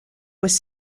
was